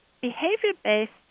behavior-based